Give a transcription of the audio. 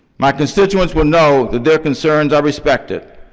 my constituents will know that their concerns are respected,